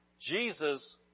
Jesus